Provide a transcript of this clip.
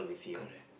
correct